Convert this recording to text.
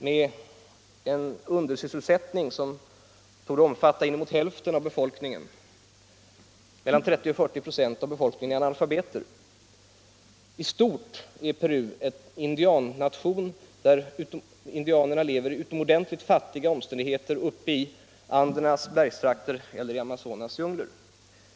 Peru har en undersysselsättning som torde omfatta inemot hälften av befolkningen. Mellan 30 och 40 96 av befolkningen är analfabeter. I stort är Peru en indiannation, där indianerna lever under utomordentligt knappa omständigheter i Andernas bergstrakter eller i Amazonas djungler.